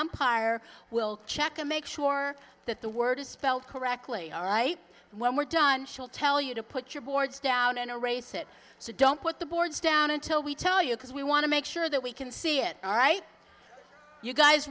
umpire will check and make sure that the word is spelled correctly all right when we're done she'll tell you to put your boards down and erase it so don't put the boards down until we tell you because we want to make sure that we can see it all right you guys